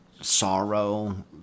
sorrow